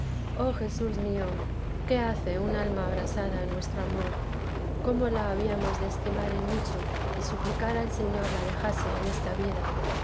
oh jesús mío qué hace un alma abrasada en vuestro amor cómo la habíamos de estimar en mucho y suplicar al señor la dejase en esta vida